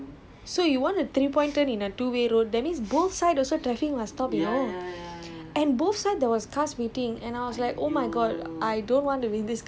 exactly he was doing a three point turn in the middle of the road and it's a okay so it's a two way road right so you want a three point turn in a two way road that means both side also traffic must stop know